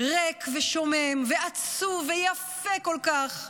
ריק ושומם ועצוב ויפה כל כך,